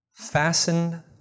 Fastened